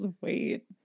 wait